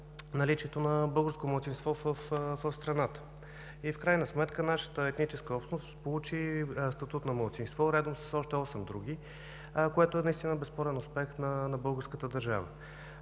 наличието на българско малцинство в страната, и в крайна сметка нашата етническа общност получи статут на малцинство редом с още осем други, което е наистина безспорен успех на българската държава.